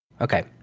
okay